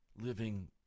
living